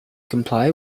comply